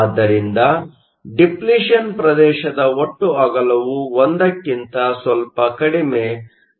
ಆದ್ದರಿಂದ ಡಿಪ್ಲಿಷನ್Depletion ಪ್ರದೇಶದ ಒಟ್ಟು ಅಗಲವು 1ಕ್ಕಿಂತ ಗಿಂತ ಸ್ವಲ್ಪ ಕಡಿಮೆ 0